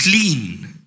clean